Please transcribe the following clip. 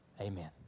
Amen